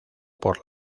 por